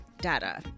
data